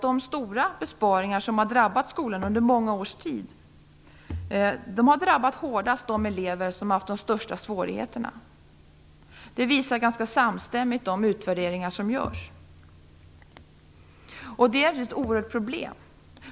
De stora besparingar som drabbat skolan under många års tid har ju drabbat elever med de största svårigheterna hårdast. Det visar ganska samstämmigt de utvärderingar som görs. Det är naturligtvis ett oerhört problem.